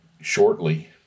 Shortly